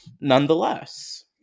nonetheless